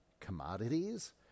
commodities